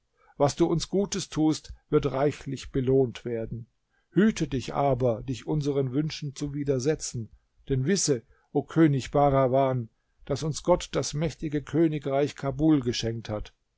was du uns gutes tust wird reichlich belohnt werden hüte dich aber dich unsern wünschen zu widersetzen denn wisse o könig bahrawan daß uns gott das mächtige königreich kabul geschenkt hat